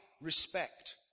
respect